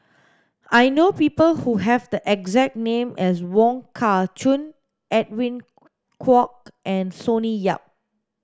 I know people who have the exact name as Wong Kah Chun Edwin Koek and Sonny Yap